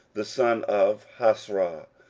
the son of hasrah,